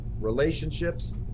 relationships